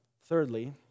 Thirdly